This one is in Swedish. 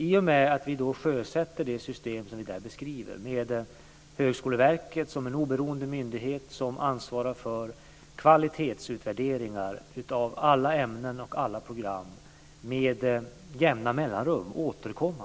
I och med att vi sjösätter det system som vi där beskriver får Högskoleverket som oberoende myndighet ansvar för med jämna mellanrum återkommande kvalitetsutvärderingar av alla ämnen och alla program.